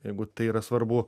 jeigu tai yra svarbu